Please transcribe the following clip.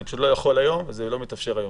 פשוט לא יכול היום כי זה לא מתאפשר היום.